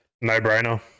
No-brainer